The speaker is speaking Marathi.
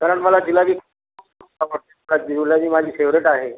कारण मला जिलबी आवडते जिलबी माझी फेवरेट आहे